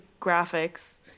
graphics